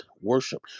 worship